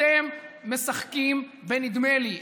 אתם משחקים בנדמה לי.